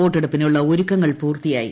വോട്ടെടുപ്പിനുള്ള ഒരുക്കങ്ങൾ പൂർത്തിയായി